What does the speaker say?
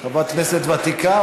חברת כנסת ותיקה,